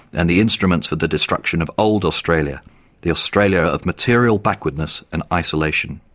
and the instruments for the destruction of old australia the australia of material backwardness and isolation.